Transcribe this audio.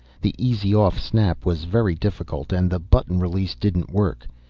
the easy-off snap was very difficult and the button release didn't work.